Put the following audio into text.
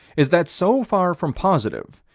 is that so far from positive,